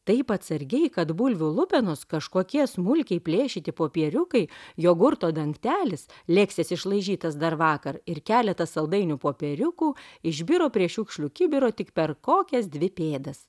taip atsargiai kad bulvių lupenos kažkokie smulkiai plėšyti popieriukai jogurto dangtelis leksės išlaižytas dar vakar ir keletas saldainių popieriukų išbiro prie šiukšlių kibiro tik per kokias dvi pėdas